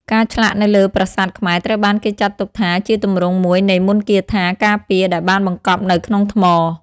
ការឆ្លាក់នៅលើប្រាសាទខ្មែរត្រូវបានគេចាត់ទុកថាជាទម្រង់មួយនៃមន្តគាថាការពារដែលបានបង្កប់នៅក្នុងថ្ម។